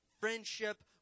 friendship